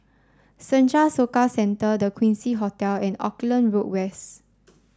Senja Soka Centre The Quincy Hotel and Auckland Road West